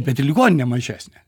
bet i ligoninė mažesnė